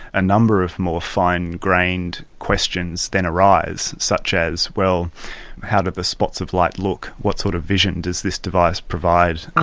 a number of more fine-grained questions then arise, such as well how do the spots of light look, what sort of vision does this device provide?